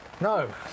No